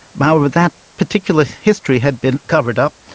however, that particular history had been covered up.